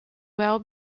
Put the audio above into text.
well